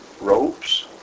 ropes